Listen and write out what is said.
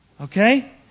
Okay